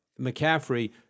McCaffrey